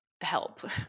help